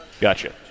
gotcha